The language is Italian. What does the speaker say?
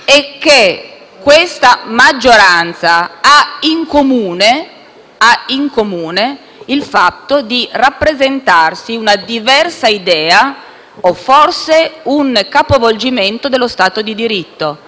sarà l'ultima) ha in comune il fatto di rappresentarsi una diversa idea o forse un capovolgimento dello Stato di diritto,